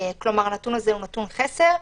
כלומר זה נתון חסר.